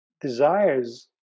desires